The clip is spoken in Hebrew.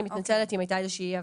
אני מתנצלת אם הייתה איזושהי אי הבנה.